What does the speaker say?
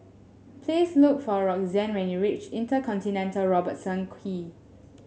please look for Roxanne when you reach InterContinental Robertson Quay